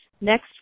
next